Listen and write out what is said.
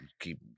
keep